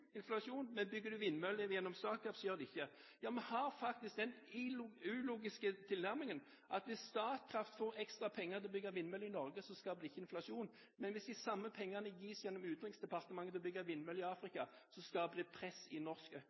inflasjon, men bygger du vindmøller gjennom Statkraft, gjør det ikke. Ja, man har faktisk den ulogiske tilnærmingen at hvis Statkraft får ekstra penger til å bygge vindmøller i Norge, skaper det ikke inflasjon, men hvis de samme pengene gis gjennom Utenriksdepartementet til å bygge vindmøller i Afrika, skaper det press i